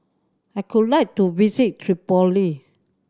I could like to visit Tripoli